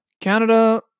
Canada